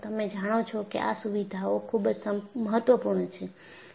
તમે જાણો છો કે આ સુવિધાઓ ખૂબ જ મહત્વપૂર્ણ છે